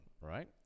Right